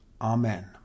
Amen